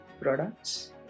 products